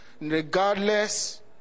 regardless